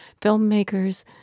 filmmakers